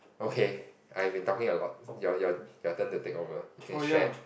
okay I've been talking a lot your your your turn to take over you can share